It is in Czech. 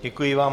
Děkuji vám.